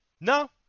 No